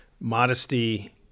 modesty